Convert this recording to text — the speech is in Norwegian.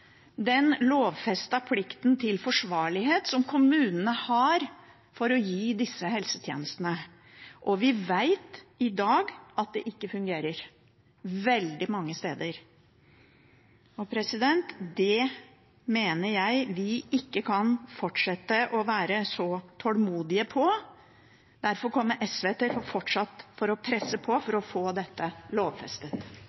den lovfestede plikten til forsvarlighet som kommunene har for disse helsetjenestene. Vi vet at det i dag ikke fungerer veldig mange steder, og jeg mener at vi ikke kan fortsette å være så tålmodige når det gjelder dette. Derfor kommer SV fortsatt til å presse på for å